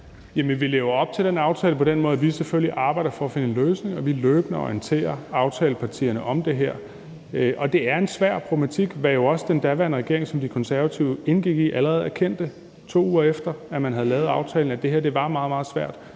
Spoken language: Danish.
vi lever op til den aftale på den måde, at vi selvfølgelig arbejder for at finde en løsning og vi løbende orienterer aftalepartierne om det her. Det er en svær problematik, hvad den daværende regering, som De Konservative indgik i, også allerede erkendte, 2 uger efter man havde lavet aftalen, altså at det her var meget, meget